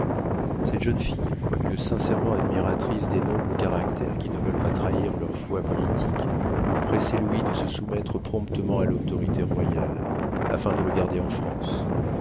cette jeune fille quoique sincèrement admiratrice des nobles caractères qui ne veulent pas trahir leur foi politique pressait louis de se soumettre promptement à l'autorité royale afin de le garder en france